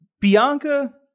Bianca